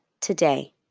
today